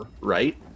right